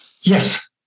yes